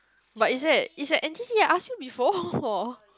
but is that is that N_T_C I ask you before